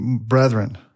Brethren